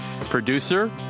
producer